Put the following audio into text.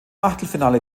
achtelfinale